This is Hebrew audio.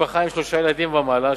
משפחה עם שלושה ילדים ומעלה,